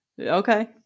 Okay